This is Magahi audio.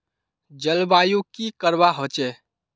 जलवायु की करवा होचे?